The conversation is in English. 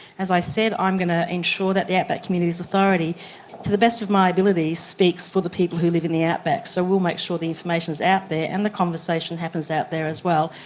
as i said, i'm going to ensure that the outback communities authority to the best of my ability, speaks for the people who live in the outback. so we will make sure the information is out there and the conversation happens out there as well,